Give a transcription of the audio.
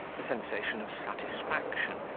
the sensation of satisfaction,